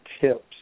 tips